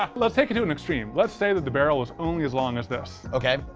ah let's take it to an extreme. let's say that the barrel was only as long as this. okay.